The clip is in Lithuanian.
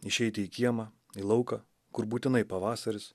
išeiti į kiemą į lauką kur būtinai pavasaris